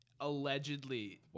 allegedly